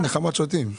נחמת שוטים.